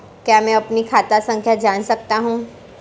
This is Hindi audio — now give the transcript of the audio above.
क्या मैं अपनी खाता संख्या जान सकता हूँ?